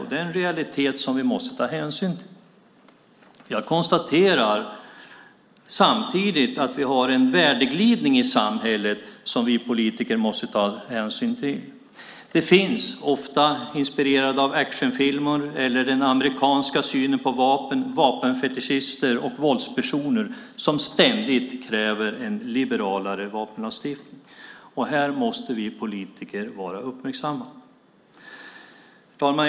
Det är en realitet som vi måste ta hänsyn till. Jag konstaterar samtidigt att vi har en värdeglidning i samhället som vi politiker måste ta hänsyn till. Det finns, ofta inspirerade av actionfilmer eller den amerikanska synen på vapen, vapenfetischister och våldspersoner som ständigt kräver en liberalare vapenlagstiftning. Här måste vi politiker vara uppmärksamma. Herr talman!